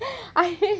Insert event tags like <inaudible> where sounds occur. <laughs>